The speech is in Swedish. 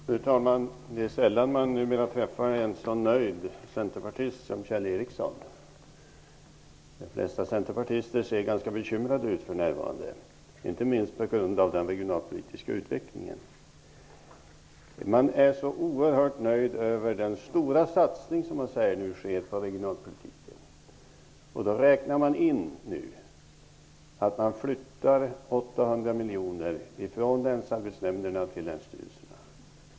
Fru talman! Det är sällan man numera träffar en sådan nöjd centerpartist som Kjell Ericsson. De flesta centerpartister ser ganska bekymrade ut för närvarande, inte minst på grund av den regionalpolitiska utvecklingen. De är så oerhört nöjda med den satsning de säger sker på regionalpolitiken. De räknar då in att 800 miljoner flyttas från länsarbetsnämnderna till länsstyrelserna.